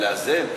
לאזן?